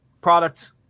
product